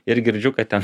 ir girdžiu kad ten